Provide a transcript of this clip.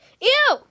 Ew